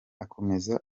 akomeza